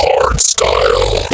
Hardstyle